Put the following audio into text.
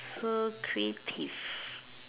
so creative